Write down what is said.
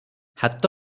ହାତ